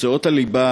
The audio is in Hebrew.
מקצועות הליבה,